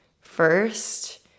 first